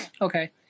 Okay